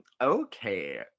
Okay